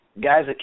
Guy's